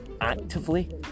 actively